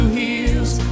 heals